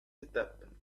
étables